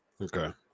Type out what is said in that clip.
okay